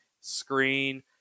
screen